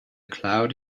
cloud